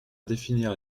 définir